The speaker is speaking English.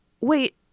wait